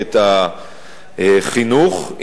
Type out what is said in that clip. מערכת החינוך,